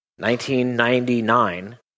1999